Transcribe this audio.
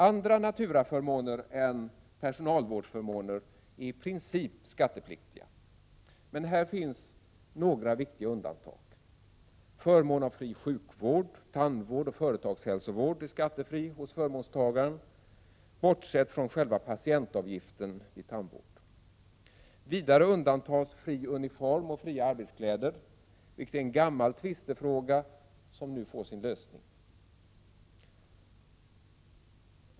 Andra naturaförmåner än personalvårdsförmåner är i princip skattepliktiga. Här finns dock några viktiga undantag. Förmån av fri sjukvård, tandvård och företagshälsovård är skattefri för förmånstagaren bortsett från själva patientavgiften vid tandvård. Vidare undantas fri uniform och fria arbetsklä 101 der, vilket är en gammal tvistefråga som nu får sin lösning.